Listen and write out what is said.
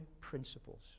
principles